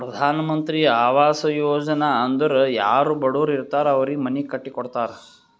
ಪ್ರಧಾನ್ ಮಂತ್ರಿ ಆವಾಸ್ ಯೋಜನಾ ಅಂದುರ್ ಯಾರೂ ಬಡುರ್ ಇರ್ತಾರ್ ಅವ್ರಿಗ ಮನಿ ಕಟ್ಟಿ ಕೊಡ್ತಾರ್